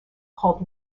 called